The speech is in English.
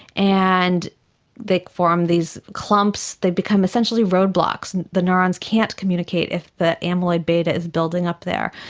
and they form these clumps, they become essentially roadblocks, the neurons can't communicate if the amyloid beta is building up there.